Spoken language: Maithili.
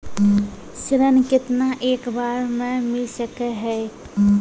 ऋण केतना एक बार मैं मिल सके हेय?